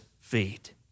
feet